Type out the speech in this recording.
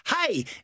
hey